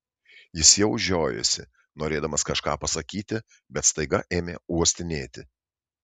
jis jau žiojosi norėdamas kažką pasakyti bet staiga ėmė uostinėti